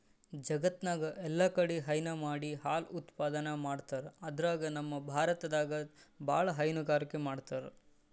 ಜಗತ್ತ್ನಾಗ್ ಎಲ್ಲಾಕಡಿ ಹೈನಾ ಮಾಡಿ ಹಾಲ್ ಉತ್ಪಾದನೆ ಮಾಡ್ತರ್ ಅದ್ರಾಗ್ ನಮ್ ಭಾರತದಾಗ್ ಭಾಳ್ ಹೈನುಗಾರಿಕೆ ಮಾಡ್ತರ್